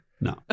No